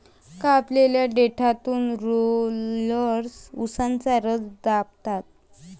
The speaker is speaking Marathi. कापलेल्या देठातून रोलर्स उसाचा रस दाबतात